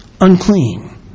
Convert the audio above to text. unclean